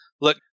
look